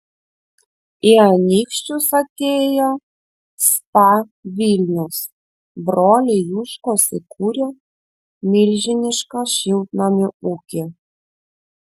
į anykščius atėjo spa vilnius broliai juškos įkūrė milžinišką šiltnamių ūkį